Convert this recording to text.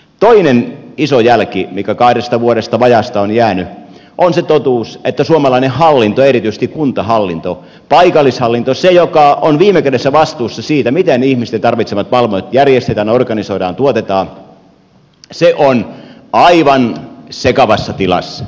toinen iso jälki mikä vajaasta kahdesta vuodesta on jäänyt on se totuus että suomalainen hallinto ja erityisesti kuntahallinto paikallishallinto se joka on viime kädessä vastuussa siitä miten ihmisten tarvitsemat palvelut järjestetään organisoidaan tuotetaan se on aivan sekavassa tilassa